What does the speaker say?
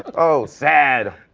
oh, sad.